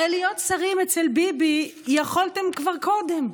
הרי להיות שרים אצל ביבי יכולתם כבר קודם.